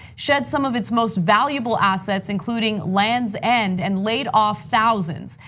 shed some of its most valuable assets, including lands' end, and laid off thousands.